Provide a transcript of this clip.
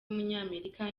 w’umunyamerika